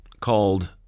called